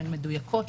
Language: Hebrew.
שהן מדויקות,